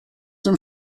dem